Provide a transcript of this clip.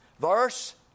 verse